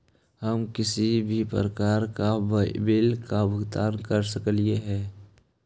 हम किसी भी प्रकार का बिल का भुगतान कर सकली हे?